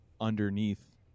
underneath